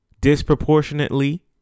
disproportionately